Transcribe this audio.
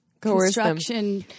construction